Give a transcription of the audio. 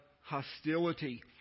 hostility